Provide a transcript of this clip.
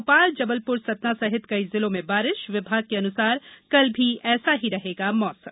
भोपाल जबलपुर सतना सहित कई जिलों में बारिश विभाग के अनुसार कल भी ऐसा ही रहेगा मौसम